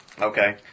Okay